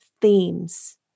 themes